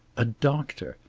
a doctor.